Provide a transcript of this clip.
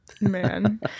man